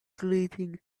grating